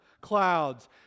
clouds